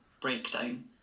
breakdown